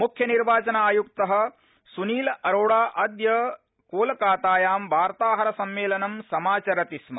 मुख्य निर्वाचन आयुक्त सुनील अरोड़ा अद्य कोलकातायां वार्ताहरसम्मेलनं समाचरति स्म